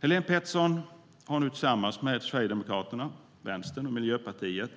Helén Pettersson har nu tillsammans med Sverigedemokraterna, Vänstern och Miljöpartiet